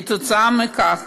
כתוצאה מכך